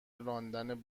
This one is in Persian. راندن